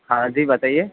ہاں جی بتائیے